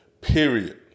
Period